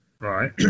Right